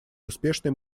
успешной